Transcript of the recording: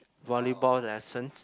volleyball lessons